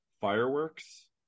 fireworks